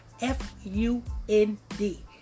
F-U-N-D